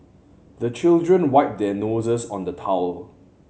the children wipe their noses on the towel